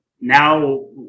now